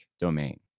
domain